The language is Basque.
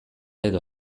edo